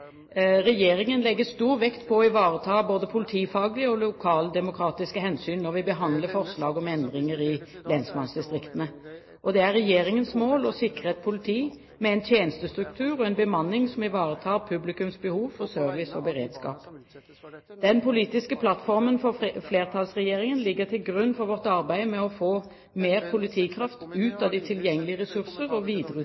Regjeringen legger stor vekt på å ivareta både politifaglige og lokaldemokratiske hensyn når vi behandler forslag om endringer i lensmannsdistriktene. Det er Regjeringens mål å sikre et politi med en tjenestestruktur og en bemanning om ivaretar publikums behov for service og beredskap. Den politiske plattformen for flertallsregjeringen ligger til grunn for vårt arbeid med å få mer politikraft